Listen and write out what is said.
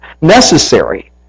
necessary